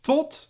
Tot